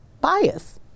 bias